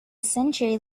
century